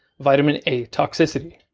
vitamin a toxicity.